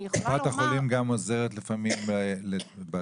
אני יכולה לומר --- קופת החולים גם עוזרת לפעמים עם הטפסים